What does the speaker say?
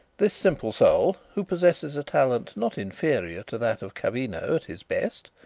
this simple soul, who possesses a talent not inferior to that of cavino at his best,